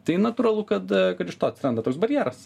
tai natūralu kad kad iš to atsiranda toks barjeras